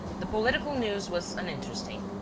the political news was uninteresting.